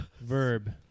Verb